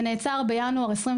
זה נעצר בינואר 2023